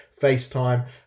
FaceTime